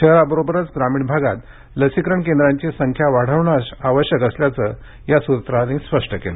शहराबरोबरच ग्रामीण भागात लसीकरण केंद्रांची संख्या वाढवणं आवश्यक असल्याचं या सूत्रांनी स्पष्ट केलं